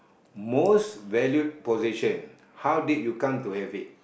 most value position how did you come to have it